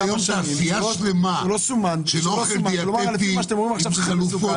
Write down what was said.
יש היום תעשייה שלמה של אוכל דיאטטי עם חלופות.